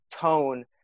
tone